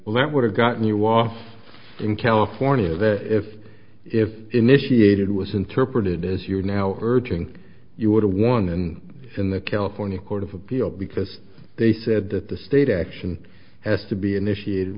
all that would have gotten you was in california that if if initiated was interpreted as you are now urging you would have won and in the california court of appeal because they said that the state action has to be initiated